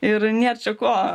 ir nėr čia ko